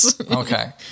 Okay